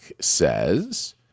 says